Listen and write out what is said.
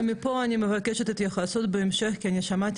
ומפה אני מבקשת התייחסות בהמשך כי אני שמעתי